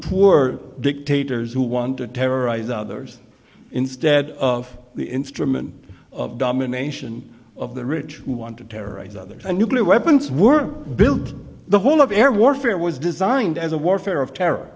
poor dictators who want to terrorize others instead of the instrument of domination of the rich who want to terrorize others a nuclear weapons were built the whole of air warfare was designed as a warfare of terror